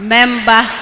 Member